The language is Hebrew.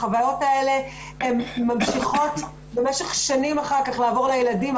החוויות האלה ממשיכות במשך שנים אחר כך לעבור לילדים.